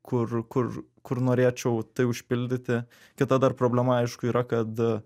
kur kur kur norėčiau tai užpildyti kita dar problema aišku yra kad